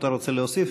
אתה רוצה להוסיף?